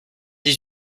dix